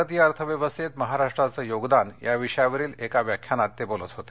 भारतीय अर्थव्यवस्थेत महाराष्ट्राचं योगदान या विषयावर व्याख्यान देताना ते बोलत होते